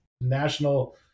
national